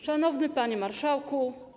Szanowny Panie Marszałku!